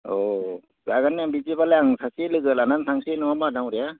औ औ जागोन बिदिब्लालाय आं सासे लोगो लानानै थांसै नङा होमब्ला दाङ'रिया